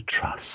trust